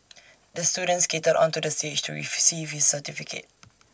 the student skated onto the stage to receive his certificate